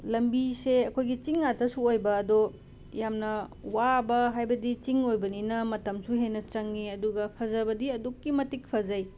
ꯂꯝꯕꯤꯁꯦ ꯑꯩꯈꯣꯏꯒꯤ ꯆꯤꯡ ꯉꯥꯛꯇꯁꯨ ꯑꯣꯏꯕ ꯑꯗꯣ ꯌꯥꯝꯅ ꯋꯥꯕ ꯍꯥꯏꯕꯗꯤ ꯆꯤꯡ ꯑꯣꯏꯕꯅꯤꯅ ꯃꯇꯝꯁꯨ ꯍꯦꯟꯅ ꯆꯪꯏ ꯑꯗꯨꯒ ꯐꯖꯕꯗꯤ ꯑꯗꯨꯛꯀꯤ ꯃꯇꯤꯛ ꯐꯖꯩ